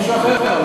ופעם מישהו אחר.